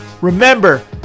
Remember